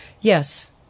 Yes